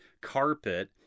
carpet